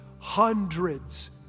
Hundreds